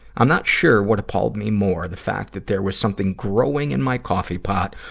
i'm not sure what appalled me more the fact that there was something growing in my coffee pot,